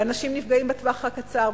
והאנשים נפגעים בטווח הקצר,